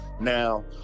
Now